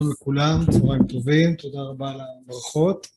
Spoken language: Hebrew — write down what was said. תודה לכולם, צהריים טובים, תודה רבה על הברכות.